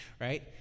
Right